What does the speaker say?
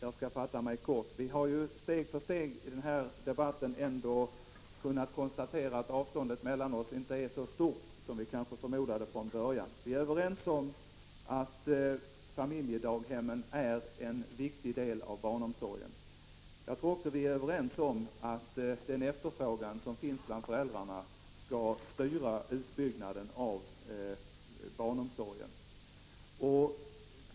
Herr talman! Vi har steg för steg i denna debatt kunnat konstatera att avståndet mellan oss inte är så stort som vi kanske förmodade från början. Vi är överens om att familjedaghemmen är en viktig del av barnomsorgen. Jag tror också att vi är överens om att den efterfrågan som finns bland föräldrarna skall styra utbyggnaden av barnomsorgen.